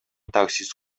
таксист